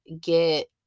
get